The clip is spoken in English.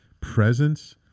presence